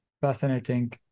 Fascinating